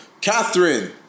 Catherine